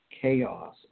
Chaos